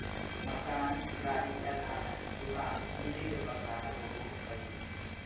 मकान, गाड़ी, कारखाना, दुकान पूंजी के प्रकार होबो हइ